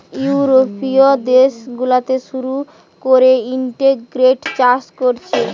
ইউরোপীয় দেশ গুলাতে শুরু কোরে ইন্টিগ্রেটেড চাষ কোরছে